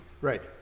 Right